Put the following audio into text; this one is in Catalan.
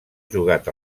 jugat